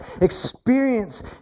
experience